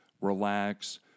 relax